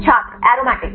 छात्र एरोमेटिक